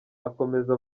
akomeza